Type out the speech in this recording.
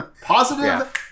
Positive